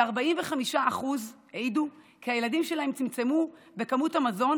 45% העידו כי הילדים שלהם צמצמו בכמות המזון